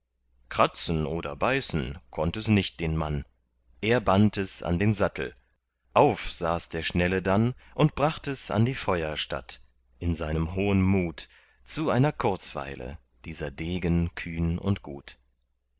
kratzen oder beißen konnt es nicht den mann er band es an den sattel auf saß der schnelle dann und bracht es an die feuerstatt in seinem hohen mut zu einer kurzweile dieser degen kühn und gut